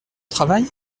travail